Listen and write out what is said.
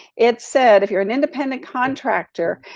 it said, if you're an independent contractor,